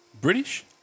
British